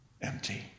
Empty